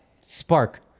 spark